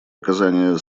оказания